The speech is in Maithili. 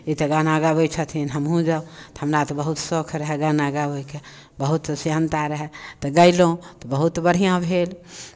ई तऽ गाना गबै छथिन हमहूँ जब हमरा तऽ बहुत शौक रहय गाना गाबयके बहुत सेहन्ता रहय तऽ गेलहुँ बहुत बढ़िआँ भेल